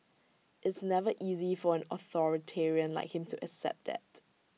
it's never easy for an authoritarian like him to accept that